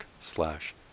slash